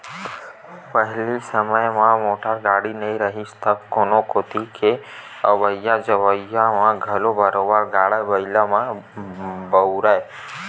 पहिली के समे म मोटर गाड़ी नइ रिहिस तब कोनो कोती के अवई जवई म घलो बरोबर गाड़ा बइला ल बउरय